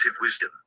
wisdom